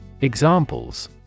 Examples